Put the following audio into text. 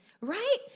right